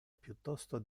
piuttosto